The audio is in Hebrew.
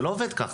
זה לא עובד כך.